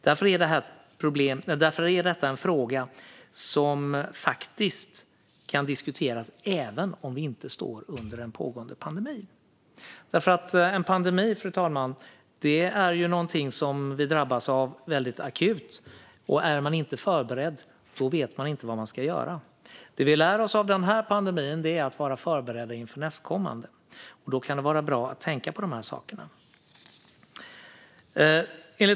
Därför är detta en fråga som faktiskt kan diskuteras även om vi inte står i en pågående pandemi. En pandemi, fru talman, är någonting som man drabbas av väldigt akut. Är man inte förberedd vet man inte vad man ska göra. Det vi lär oss av den här pandemin är att vara förberedda inför nästkommande pandemi. Då kan det vara bra att tänka på de här sakerna.